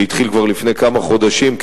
שהתחיל כבר לפני כמה חודשים,